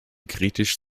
kritisch